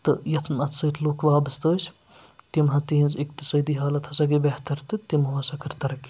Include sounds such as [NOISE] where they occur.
تہٕ یَتھ [UNINTELLIGIBLE] اَتھ سۭتۍ لُکھ وابسطہٕ ٲسۍ تِم [UNINTELLIGIBLE] تِہِنٛز اِقتِصٲدی حالت ہسا گٔے بہتر تہٕ تِمو ہسا کٔر ترقی